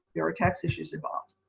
there are tax issues involved.